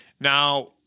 Now